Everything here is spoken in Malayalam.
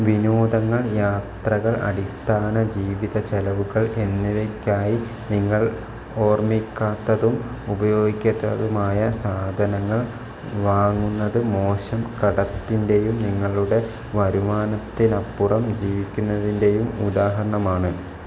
വിനോദങ്ങൾ യാത്രകൾ അടിസ്ഥാന ജീവിത ചിലവുകൾ എന്നിവയ്ക്കായി നിങ്ങൾ ഓർമ്മിക്കാത്തതും ഉപയോഗിക്കാത്തതുമായ സാധനങ്ങൾ വാങ്ങുന്നത് മോശം കടത്തിൻ്റെയും നിങ്ങളുടെ വരുമാനത്തിന് അപ്പുറം ജീവിക്കുന്നതിൻ്റെയും ഉദാഹരണമാണ്